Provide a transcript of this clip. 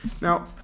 Now